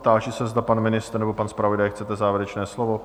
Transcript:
Táži se, zda pan ministr nebo pan zpravodaj chtějí závěrečné slovo?